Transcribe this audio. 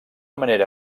manera